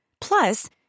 Plus